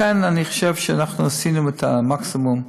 לכן, אני חושב שאנחנו עשינו את המקסימום,